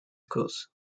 schools